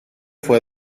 fue